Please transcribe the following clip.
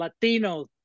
Latinos